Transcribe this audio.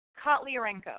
Kotliarenko